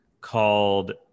called